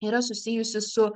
yra susijusi su